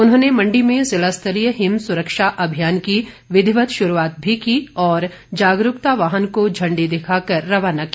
उन्होंने मंडी में ज़िला स्तरीय हिम सुरक्षा अभियान की विधिवत शुरूआत भी की और जागरूकता वाहन को झण्डी दिखाकर रवाना किया